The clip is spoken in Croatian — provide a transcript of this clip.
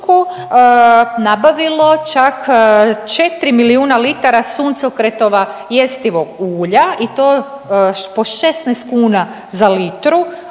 nabavilo čak 4 milijuna litara suncokretova jestivog ulja i to po 16 kuna za litru